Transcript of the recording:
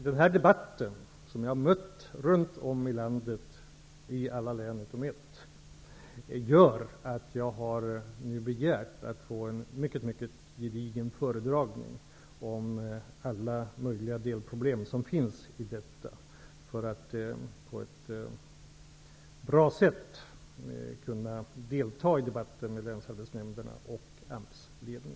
Den debatt som jag har mött runt om i landet, i alla län, gör att jag nu har begärt att få en mycket gedigen föredragning om alla möjliga delproblem som finns i det här, för att på ett bra sätt kunna delta i debatten med länsarbetsnämnderna och AMS ledning.